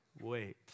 Wait